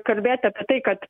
kalbėti apie tai kad